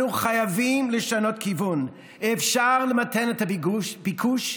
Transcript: אנו חייבים לשנות כיוון, אפשר למתן את הביקוש,